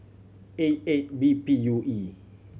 A eight B P U E